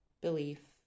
belief